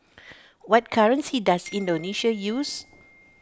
what currency does Indonesia use